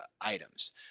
items